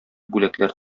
бүләкләр